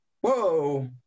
whoa